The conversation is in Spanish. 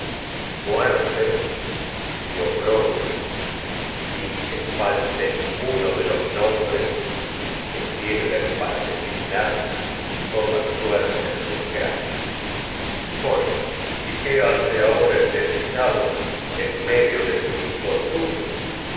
muer y oprobio sin que falte ninguno de los para nombres que sirven designar toda suerte de hace desgracias coro y qué de su ahora el desdichado en medio infortunio